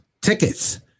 tickets